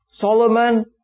Solomon